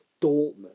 Dortmund